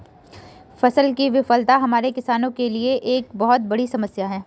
फसल की विफलता हमारे किसानों के लिए एक बहुत बड़ी समस्या है